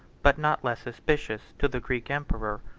but not less suspicious, to the greek emperor.